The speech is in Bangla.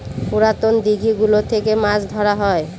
পুরাতন দিঘি গুলো থেকে মাছ ধরা হয়